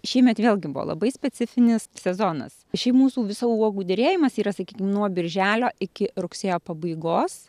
šįmet vėlgi buvo labai specifinis sezonas šiaip mūsų visų uogų derėjimas yra sakykim nuo birželio iki rugsėjo pabaigos